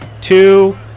two